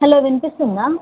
hello వినిపిస్తుందా